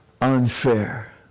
unfair